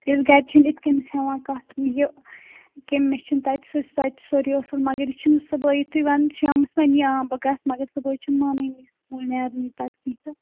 تِکیٛازِ گَرِ چھِنہٕ یِتھٕ کٔنۍ ہٮ۪وان کَتھ یہِ کہِ مےٚ چھُنہٕ تَتہِ سُہ تَتہِ سورُے اَصٕل مگر یہِ چھُنہٕ صُبحٲے یوٗتُے وَنان شامَس وَنہِ یہِ آ بہٕ گژھٕ مگر صُبحٲے چھُنہٕ مانانٕے سکوٗل نیرنٕے پَتہٕ کیٚنٛہہ تہٕ